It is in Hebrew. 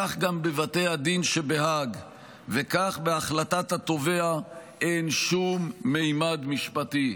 כך גם בבתי הדין בהאג וכך בהחלטת התובע אין שום ממד משפטי,